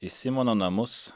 į simono namus